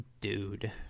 Dude